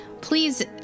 Please